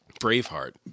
Braveheart